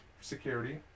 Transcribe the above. security